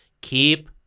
Keep